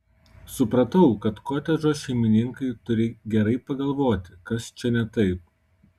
supratau kad kotedžo šeimininkai turi gerai pagalvoti kas čia ne taip